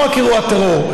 לא רק אירוע טרור,